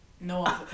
No